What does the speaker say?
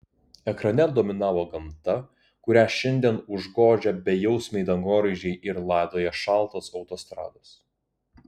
ekrane dominavo gamta kurią šiandien užgožia bejausmiai dangoraižiai ir laidoja šaltos autostrados